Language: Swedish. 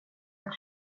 att